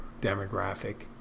demographic